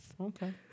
Okay